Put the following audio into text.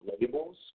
labels